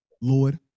Lord